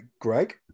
Greg